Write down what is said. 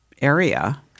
area